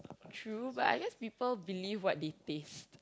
true but I guess people believe what they taste